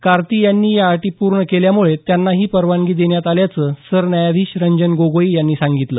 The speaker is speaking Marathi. कार्ति यांनी या अटी पूर्ण केल्यामुळे त्यांना ही परवानगी देण्यात आल्याचं सरन्यायाधीश रंजन गोगोई यांनी सांगितलं